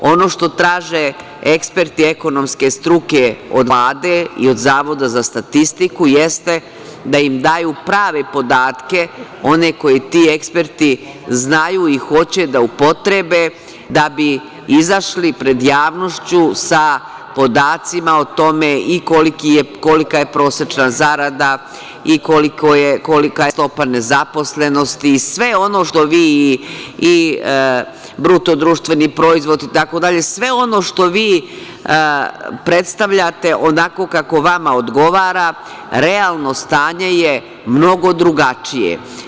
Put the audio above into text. Ono što traže eksperti ekonomske struke od Vlade i od Zavoda za statistiku jeste da im daju prave podatke, one koje ti eksperti znaju i hoće da upotrebe da bi izašli pred javnošću sa podacima o tome kolika je prosečna zarada, kolika je stopa nezaposlenosti, BDP i tako dalje, sve ono što vi predstavljate onako kako vama odgovara, a realno stanje je mnogo drugačije.